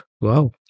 wow